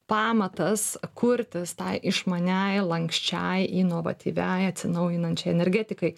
pamatas kurtis tai išmaniai lanksčiai inovatyviai atsinaujinančiai energetikai